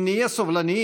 אם נהיה סובלניים,